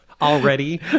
Already